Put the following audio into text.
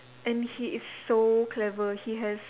and he is so clever he has